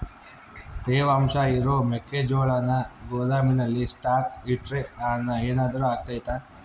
ತೇವಾಂಶ ಇರೋ ಮೆಕ್ಕೆಜೋಳನ ಗೋದಾಮಿನಲ್ಲಿ ಸ್ಟಾಕ್ ಇಟ್ರೆ ಏನಾದರೂ ಅಗ್ತೈತ?